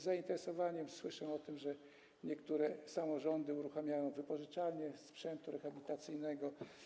Z zainteresowaniem słucham o tym, że niektóre samorządy uruchamiają wypożyczalnie sprzętu rehabilitacyjnego.